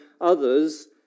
others